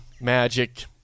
magic